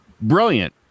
Brilliant